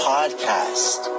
Podcast